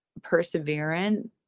perseverant